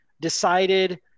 decided